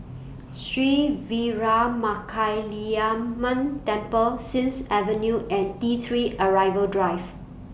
Sri Veeramakaliamman Temple Sims Avenue and T three Arrival Drive